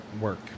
work